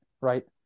right